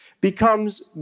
becomes